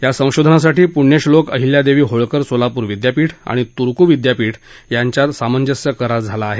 या संशोधनासाठी पूण्यश्लोक अहिल्यादेवी होळकर सोलापूर विद्यापीठ आणि तूर्क विद्यापीठ यांच्यात सामंजस्य करार झाला आहे